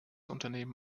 unternehmen